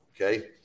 Okay